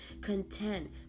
content